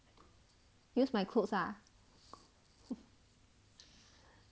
use my clothes lah